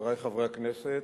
חברי חברי הכנסת,